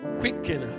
quicken